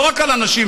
לא רק על הנשים,